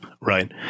right